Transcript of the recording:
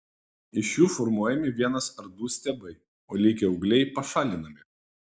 iš jų formuojami vienas ar du stiebai o likę ūgliai pašalinami